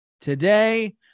today